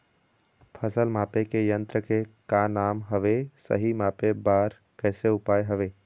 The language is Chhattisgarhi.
फसल मापे के यन्त्र के का नाम हवे, सही मापे बार कैसे उपाय हवे?